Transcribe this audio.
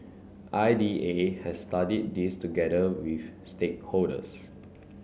I D A has studied this together with stakeholders